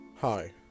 Hi